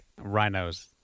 Rhinos